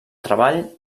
treball